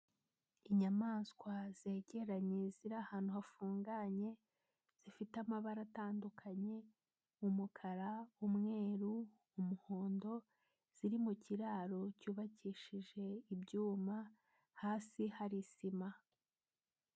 Inyamaswa zegeranye ziri ahantu hafunganye, zifite amabara atandukanye umukara, umweru, umuhondo, ziri mu kiraro cyubakishije ibyuma hasi hari sima.